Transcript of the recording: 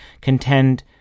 contend